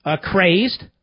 crazed